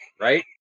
right